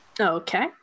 okay